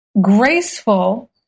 graceful